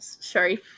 Sorry